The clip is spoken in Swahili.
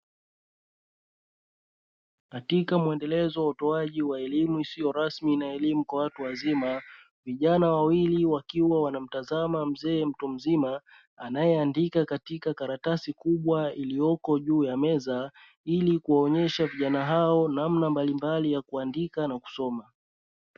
Katika muendelezo wa utoaji wa elimu isiyo rasmi na elimu kwa watu wazima, vijana wawili wakiwa wanamtazama mzee mtu mzima; anayeandika katika karatasi kubwa iliyoko juu ya meza, ili kuwaonyesha vijana hao namna mbalimbali ya kuandika na kusoma.